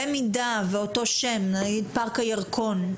במידה שאותו שם, נגיד פארק הירקון,